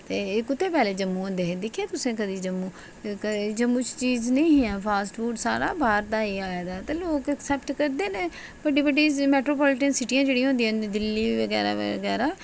ते एह् कुतै पैह्ले जम्मू होंदे हे दिक्खे तुसें कदें जम्मू जम्मू च चीज नेहियां फास्ट फूड सारा बाह्र दा ई आए दा ऐ ते लोक करदे न बड़ियां बड़ियां मैट्रो सिटियां जेह्ड़ियां होंदियां जि'यां दिल्ली बगैरा